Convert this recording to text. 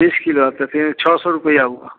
बीस किलो तो फिर छः सौ रुपये हुआ